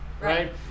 Right